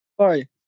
Sorry